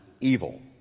evil